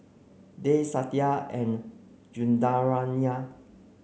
Dev Satya and